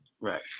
Right